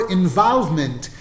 involvement